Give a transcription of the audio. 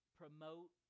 promote